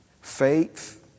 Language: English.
Faith